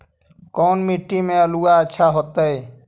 कोन मट्टी में आलु अच्छा होतै?